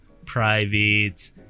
private